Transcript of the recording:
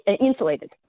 insulated